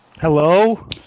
Hello